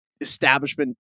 establishment